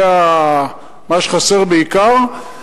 זה מה שחסר בעיקר,